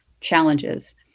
challenges